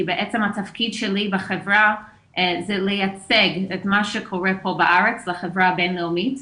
בעצם התפקיד שלי בחברה זה לייצג את מה שקורה פה בארץ לחברה הבינלאומית.